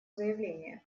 заявление